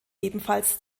ebenfalls